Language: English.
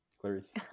Clarice